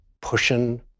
pushing